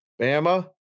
Bama